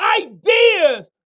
Ideas